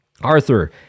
Arthur